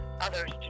others